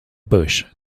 bush